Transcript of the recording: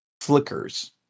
flickers